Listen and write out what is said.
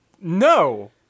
no